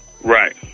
Right